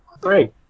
Great